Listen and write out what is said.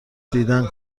دیدن